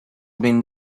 been